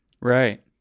right